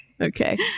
Okay